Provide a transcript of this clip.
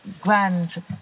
grand